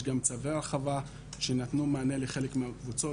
יש גם צווי הרחבה שנתנו מענה לחלק מהקבוצות,